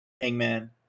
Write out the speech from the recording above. Hangman